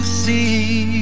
see